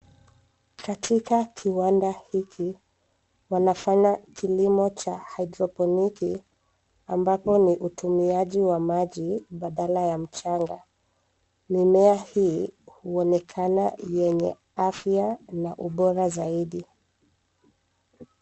Katika kiwanda hiki wanafanya kilimo cha hydroponiki ambapo ni utumiaji wa maji badala ya mchanga. Mimea hii huonekana yenye afya na ubora zaidi.